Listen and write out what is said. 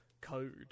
code